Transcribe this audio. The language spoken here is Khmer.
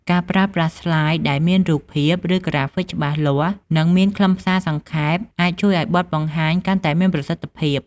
ការប្រើប្រាស់ស្លាយ ដែលមានរូបភាព ឬក្រាហ្វិកច្បាស់លាស់ និងមានខ្លឹមសារសង្ខេប អាចជួយឱ្យបទបង្ហាញកាន់តែមានប្រសិទ្ធភាព។